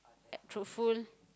truthful